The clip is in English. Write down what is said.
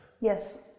Yes